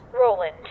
Roland